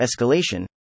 escalation